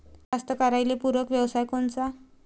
कास्तकाराइले पूरक व्यवसाय कोनचा?